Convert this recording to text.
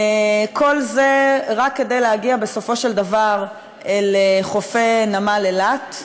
וכל זה רק כדי להגיע בסופו של דבר אל חופי נמל אילת,